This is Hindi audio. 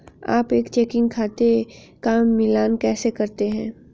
आप एक चेकिंग खाते का मिलान कैसे करते हैं?